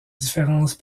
différences